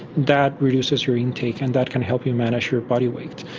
that reduces your intake and that can help you manage your body weight.